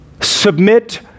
Submit